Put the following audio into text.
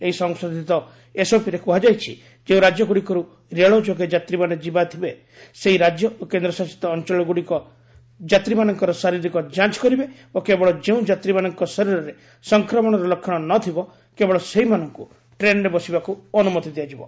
ଏହି ସଂଶୋଧିତ ଏସ୍ଓପିରେ କୁହାଯାଇଛି ଯେଉଁ ରାଜ୍ୟଗୁଡ଼ିକରୁ ରେଳ ଯୋଗେ ଯାତ୍ରୀମାନେ ଯିବା ଥିବେ ସେହି ରାଜ୍ୟ ଓ କେନ୍ଦ୍ରଶାସିତ ଅଞ୍ଚଳଗୁଡ଼ିକ ଯାତ୍ରୀମାନଙ୍କର ଶାରୀରିକ ଯାଞ୍ଚ କରିବେ ଓ କେବଳ ଯେଉଁ ଯାତ୍ରୀମାନଙ୍କ ଶରୀରରେ ସଂକ୍ରମଣର ଲକ୍ଷଣ ନଥିବ କେବଳ ସେହିମାନଙ୍କୁ ଟ୍ରେନ୍ରେ ବସିବାକୁ ଅନୁମତି ଦିଆଯିବ